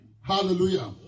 Hallelujah